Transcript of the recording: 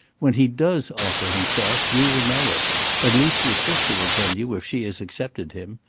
when he does offer himself you will know it at least your sister will tell you if she has accepted him.